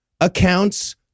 accounts